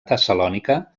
tessalònica